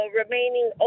remaining